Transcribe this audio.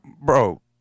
bro